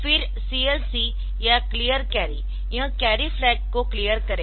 फिर CLC या clear carry यह कैरी फ्लैग को क्लियर करेगा